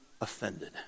offended